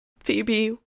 phoebe